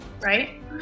Right